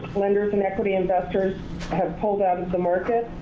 lenders and equity investors have pulled out of the market.